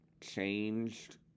changed